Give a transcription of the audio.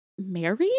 married